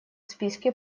списке